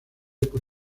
por